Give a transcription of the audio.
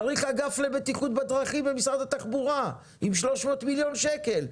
צריך אגף לבטיחות בדרכים במשרד התחבורה עם 300 מיליון שקל,